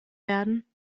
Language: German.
werden